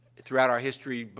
throughout our history, but